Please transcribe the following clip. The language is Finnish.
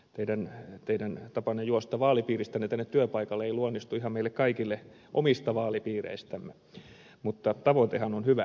tosin teidän tapanne juosta vaalipiiristänne tänne työpaikalle ei luonnistu ihan meille kaikille omista vaalipiireistämme mutta tavoitehan on hyvä